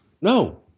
No